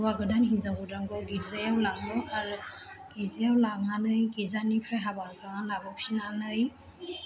हौवा गोदान हिन्जाव गोदानखौ गिर्जायाव लाङो आरो गिर्जायाव लांनानै गिर्जानिफ्राय हाबा होखांनानै लाबो फिन्नानै